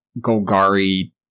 Golgari